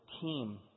team